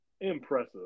impressive